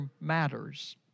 matters